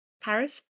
Paris